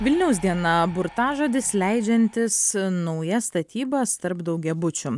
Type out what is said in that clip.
vilniaus diena burtažodis leidžiantis naujas statybas tarp daugiabučių